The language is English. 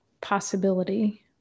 possibility